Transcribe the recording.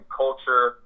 culture